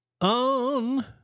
on